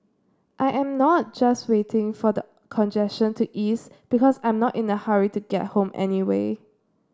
I am not just waiting for the congestion to ease because I'm not in a hurry to get home anyway